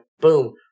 Boom